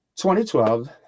2012